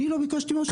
אני לא ביקשתי מראש?